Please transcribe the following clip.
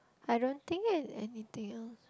I don't think there's anything else